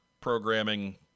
programming